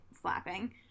slapping